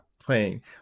playing